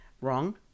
Wrong